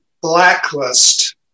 blacklist